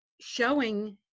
showing